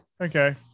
Okay